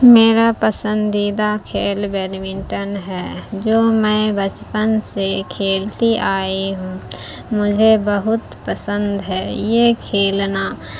میرا پسندیدہ کھیل بیڈمنٹن ہے جو میں بچپن سے کھیلتی آئی ہوں مجھے بہت پسند ہے یہ کھیلنا